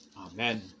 Amen